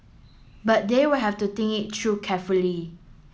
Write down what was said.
but they will have to think it true carefully